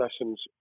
lessons